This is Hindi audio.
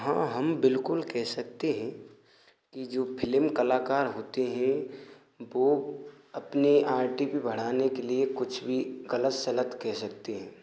हाँ हम बिल्कुल कह सकते हैं की जो फिलीम कलाकार होते हैं वह अपने आर टी पी बढ़ाने के लिए कुछ भी गलत सलत कह सकते हैं